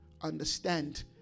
understand